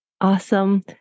awesome